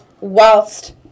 Whilst